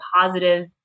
positive